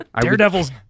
Daredevil's